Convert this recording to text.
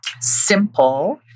simple